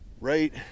Right